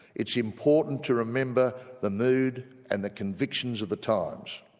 it's important to remember the mood and the convictions of the times.